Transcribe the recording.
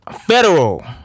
federal